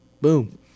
Boom